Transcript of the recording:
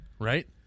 Right